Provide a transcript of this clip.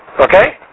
okay